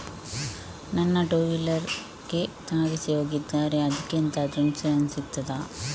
ನನ್ನ ಟೂವೀಲರ್ ಗೆ ತಾಗಿಸಿ ಹೋಗಿದ್ದಾರೆ ಅದ್ಕೆ ಎಂತಾದ್ರು ಇನ್ಸೂರೆನ್ಸ್ ಸಿಗ್ತದ?